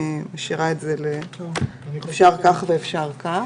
אני משאירה את זה, אפשר כך ואפשר כך.